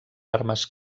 armes